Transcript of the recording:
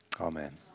Amen